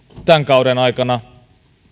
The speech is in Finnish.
tämän kauden aikana